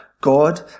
God